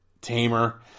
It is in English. Tamer